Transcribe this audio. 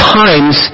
times